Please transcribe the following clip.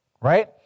right